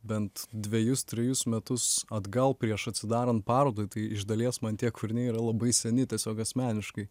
bent dvejus trejus metus atgal prieš atsidarant parodai tai iš dalies man tie kūriniai yra labai seni tiesiog asmeniškai